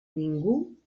ningú